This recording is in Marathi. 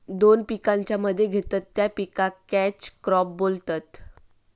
दोन पिकांच्या मध्ये घेतत त्या पिकाक कॅच क्रॉप बोलतत